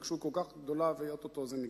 בהתרגשות כל כך גדולה ואו-טו-טו זה נגמר?